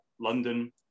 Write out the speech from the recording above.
London